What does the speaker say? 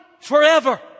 forever